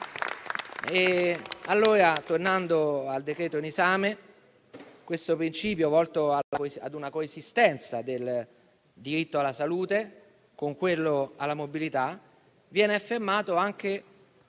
Tornando al decreto-legge in esame, questo principio, volto ad una coesistenza tra diritto alla salute e quello alla mobilità, viene affermato anche